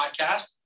podcast